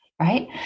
right